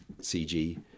CG